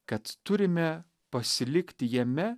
kad turime pasilikti jame